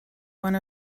one